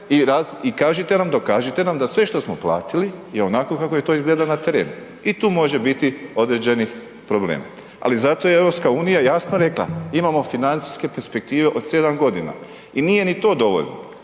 i kažite nam, dokažite nam da sve što smo platili je onako kako to izgleda na terenu. I tu može biti određenih problema. Ali zato je EU jasno rekla, imamo financijske perspektive od 7 godina i nije ni to dovoljno,